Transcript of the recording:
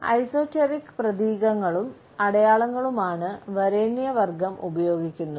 esoteric പ്രതീകങ്ങളും അടയാളങ്ങളുമാണ് വരേണ്യവർഗം ഉപയോഗിക്കുന്നത്